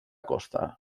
costa